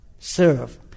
Serve